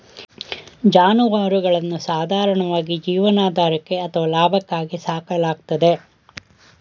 ಜಾನುವಾರುಗಳನ್ನು ಸಾಧಾರಣವಾಗಿ ಜೀವನಾಧಾರಕ್ಕೆ ಅಥವಾ ಲಾಭಕ್ಕಾಗಿ ಸಾಕಲಾಗ್ತದೆ